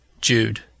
Jude